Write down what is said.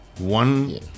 one